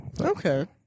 Okay